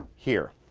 here.